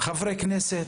חברי כנסת,